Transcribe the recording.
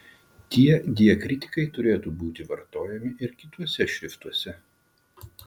tie diakritikai turėtų būti vartojami ir kituose šriftuose